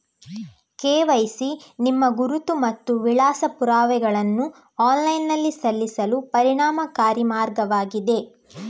KYC ನಿಮ್ಮ ಗುರುತು ಮತ್ತು ವಿಳಾಸ ಪುರಾವೆಗಳನ್ನು ಆನ್ಲೈನಿನಲ್ಲಿ ಸಲ್ಲಿಸಲು ಪರಿಣಾಮಕಾರಿ ಮಾರ್ಗವಾಗಿದೆ